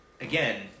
again